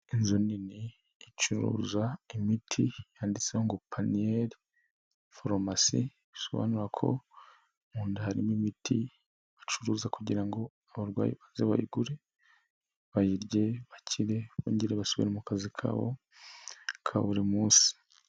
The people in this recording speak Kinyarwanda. Inzu nini icuruza imiti yanditseho ngo Peniel farumasi isobanura ko mu nda harimo imiti bacuruza kugira ngo abarwayi baze bayigure, bayirye bakire bongere basubirare mu kazi kabo ka buri munsi.